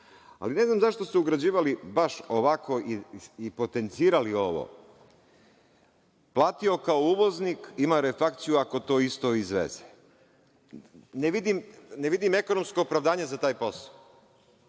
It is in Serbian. itd. Ne znam zašto ste ugrađivali baš ovako i potencirali ovo – platio kao uvoznik, a ima reflakciju ako to isto izveze. Ne vidim ekonomsko opravdanje za posao.